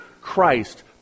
Christ